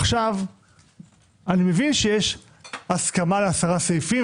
עכשיו אני מבין שיש הסכמה על עשרה סעיפים.